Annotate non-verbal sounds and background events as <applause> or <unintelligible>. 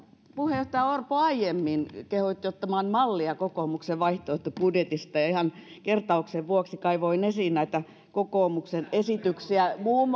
puheenjohtaja orpo aiemmin kehotti ottamaan mallia kokoomuksen vaihtoehtobudjetista ja ihan kertauksen vuoksi kaivoin esiin näitä kokoomuksen esityksiä kokoomus muun <unintelligible>